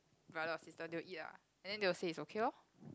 brother or sister they will eat ah and then they will say is okay lor